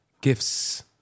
Gifts